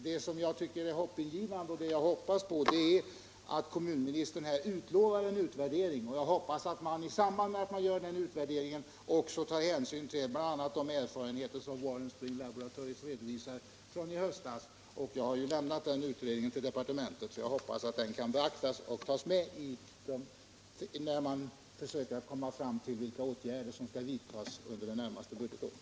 Vad jag tycker är hoppingivande och som jag tar fasta på är, att kommunministern utlovar en utvärdering. Jag hoppas att man i samband med denna också tar hänsyn till bl.a. de erfarenheter från i höstas som Warren Spring Laboratories redovisar i sin utredning. Jag har lämnat denna utredning till departementet och hoppas att den kan beaktas när man skall ta ställning till vilka åtgärder som skall vidtas under det närmaste budgetåret.